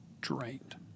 drained